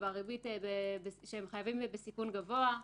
שהם חייבים בסיכון גבוה,